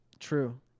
True